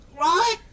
right